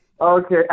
okay